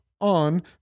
on